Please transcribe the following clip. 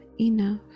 enough